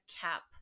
cap